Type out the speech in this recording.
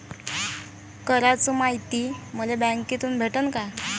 कराच मायती मले बँकेतून भेटन का?